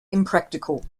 impractical